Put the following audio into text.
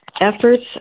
efforts